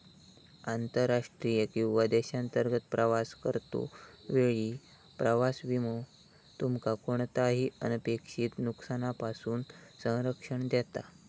आंतरराष्ट्रीय किंवा देशांतर्गत प्रवास करतो वेळी प्रवास विमो तुमका कोणताही अनपेक्षित नुकसानापासून संरक्षण देता